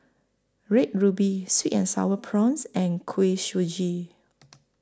Red Ruby Sweet and Sour Prawns and Kuih Suji